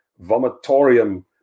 vomitorium